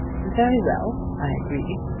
very well, i agreed.